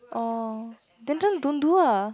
orh then just don't do la